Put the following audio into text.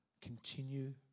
continue